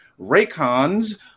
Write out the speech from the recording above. Raycons